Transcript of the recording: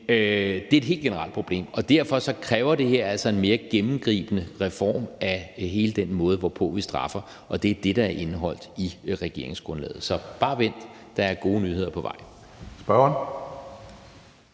Men det er et helt generelt problem, og derfor kræver det her altså en mere gennemgribende reform af hele den måde, hvorpå vi straffer, og det er det, der er indeholdt i regeringsgrundlaget. Så bare vent, der er gode nyheder på vej.